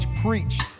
Preach